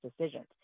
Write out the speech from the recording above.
decisions